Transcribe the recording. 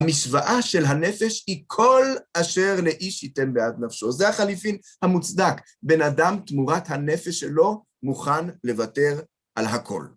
המשוואה של הנפש היא כל אשר לאיש ייתן בעד נפשו. זה החליפין המוצדק, בן אדם תמורת הנפש שלו מוכן לוותר על הכל.